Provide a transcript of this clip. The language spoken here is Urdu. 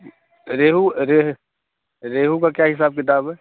ریہو ریہو کا کیا حساب کتاب ہے